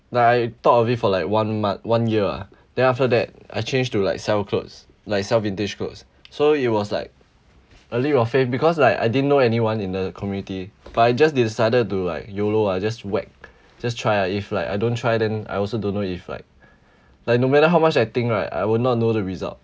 like I thought of it for like one month one year ah then after that I change to like sell clothes like sell vintage clothes so it was like a leap of faith because like I didn't know anyone in the community but I just decided to like YOLO ah just whack just try lah if like I don't try then I also don't know if like like no matter how much I think right I will not know the result